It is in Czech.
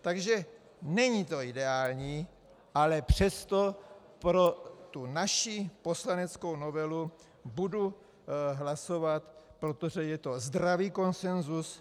Takže to není ideální, ale přesto pro naši poslaneckou novelu budu hlasovat, protože je to zdravý konsenzus.